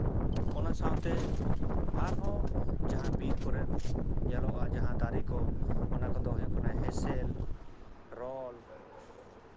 ᱚᱱᱟ ᱥᱟᱶᱛᱮ ᱟᱨᱦᱚᱸ ᱡᱟᱦᱟᱸ ᱵᱤᱨ ᱠᱚᱨᱮ ᱧᱮᱞᱚᱜᱼᱟ ᱡᱟᱦᱟᱸ ᱫᱟᱨᱮ ᱠᱚ ᱚᱱᱟ ᱠᱚᱫᱚ ᱦᱩᱭᱩᱜ ᱠᱟᱱᱟ ᱦᱮᱸᱥᱮᱞ ᱨᱚᱞ